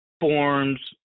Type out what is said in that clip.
forms